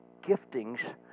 giftings